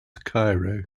cairo